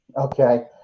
Okay